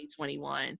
2021